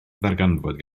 ddarganfod